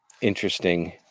interesting